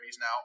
now